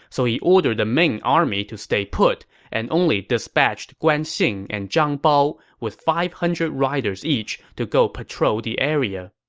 so he ordered the main army to stay put and dispatched guan xing and zhang bao with five hundred riders each to go patrol the area.